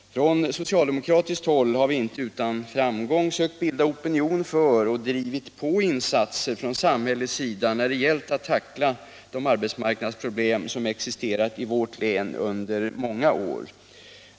Från socialdemokratiskt håll har vi inte utan framgång sökt bilda opinion för och drivit på insatser från samhällets sida när det gällt att tackla de arbetsmarknadsproblem som existerat i vårt län under många år.